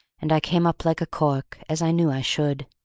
and i came up like a cork, as i knew i should.